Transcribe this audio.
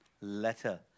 letter